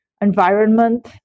environment